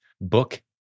book